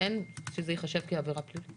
--- שזה ייחשב כעבירה פלילית?